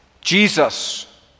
Jesus